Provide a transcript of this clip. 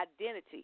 identity